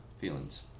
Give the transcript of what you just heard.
feelings